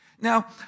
Now